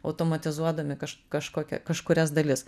automatizuodami kaž kažkokią kažkurias dalis